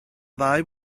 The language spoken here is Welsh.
ddau